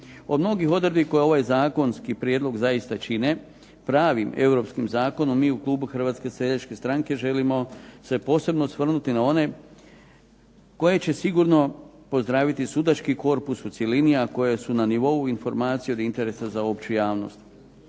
Od mnogih odredbi koje ovaj zakonski prijedlog zaista čine pravim europskim zakonom, mi u klubu Hrvatske seljačke stranke želimo se posebno osvrnuti na one koje će sigurno pozdraviti sudački korpus u cjelini, a koje su na nivou informacija od interesa za opću javnost.